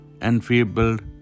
enfeebled